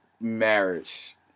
marriage